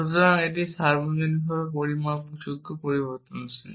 সুতরাং এটি সর্বজনীনভাবে পরিমাপযোগ্য পরিবর্তনশীল